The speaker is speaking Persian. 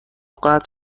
قطع